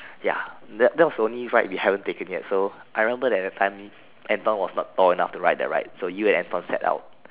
ya that that was only ride we haven't taken yet so I remember that the time Anthon was not tall enough to ride that ride so you and Anthon set out